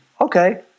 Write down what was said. okay